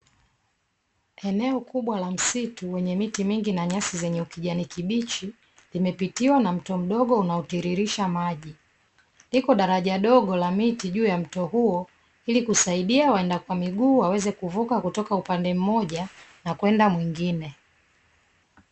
Eneo kubwa la msitu lenye miti na nyasi za ukijani kibichi limepitiwa na mto mdogo unaotiririsha maji, liko daraja dogo la miti juu ya mto huo ili kusadia waenda kwa miguu waweze kuvuka kutoka upande mmoja na kwenda mwingine.